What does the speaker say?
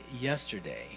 yesterday